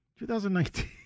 2019